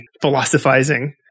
philosophizing